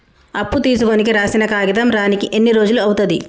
అప్పు తీసుకోనికి రాసిన కాగితం రానీకి ఎన్ని రోజులు అవుతది?